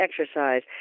exercise